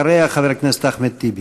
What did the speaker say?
אחריה, חבר הכנסת אחמד טיבי.